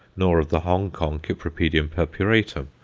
nor of the hong-kong cypripedium purpuratum,